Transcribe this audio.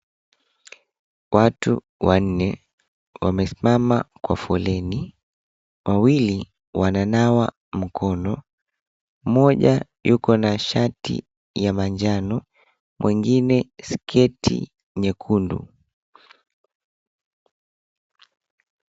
Watu wanne, wamesimama kwa foleni. Wawili wananawa mkono, mmoja yuko na shati ya manjano, mwengine sketi nyekundu.